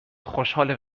خوشحال